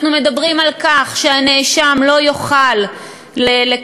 אנחנו מדברים על כך שהנאשם לא יוכל לקיים